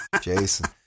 Jason